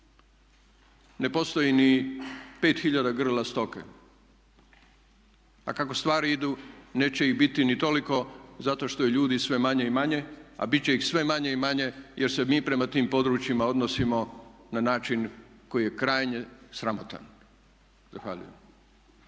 ne postoji ni 5 tisuća grla stoke. Pa kako stvari idu neće ih biti ni toliko zato što je ljudi sve manje i manje, a bit će ih sve manje i manje jer se mi prema tim područjima odnosimo na način koji je krajnje sramotan. Zahvaljujem.